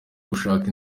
gushaka